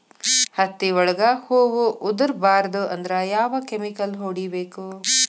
ಹತ್ತಿ ಒಳಗ ಹೂವು ಉದುರ್ ಬಾರದು ಅಂದ್ರ ಯಾವ ಕೆಮಿಕಲ್ ಹೊಡಿಬೇಕು?